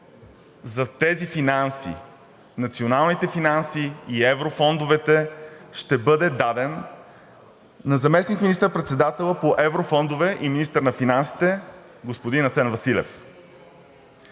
за тези финанси – националните финанси и еврофондовете, ще бъде даден на заместник министър-председателя по еврофондовете и министър на финансите господин Асен Василев.